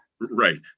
Right